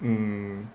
mm